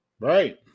Right